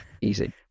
Easy